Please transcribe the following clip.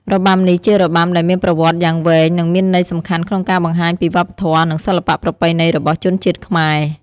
របាំនេះ ជារបាំដែលមានប្រវត្តិយ៉ាងវែងនិងមានន័យសំខាន់ក្នុងការបង្ហាញពីវប្បធម៌ និងសិល្បៈប្រពៃណីរបស់ជនជាតិខ្មែរ។